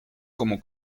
como